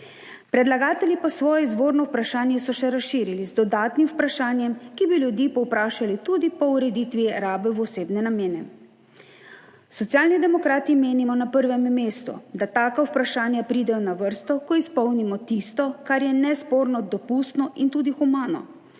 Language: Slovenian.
Predlagatelji pa svoje izvorno vprašanje so še razširili z dodatnim vprašanjem, ki bi ljudi povprašali tudi po ureditvi rabe v osebne namene. Socialni demokrati menimo na prvem mestu, da taka vprašanja pridejo na vrsto, ko izpolnimo tisto, kar je nesporno dopustno in tudi humano,